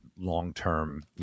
long-term